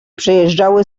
przejeżdżały